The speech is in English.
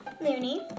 Looney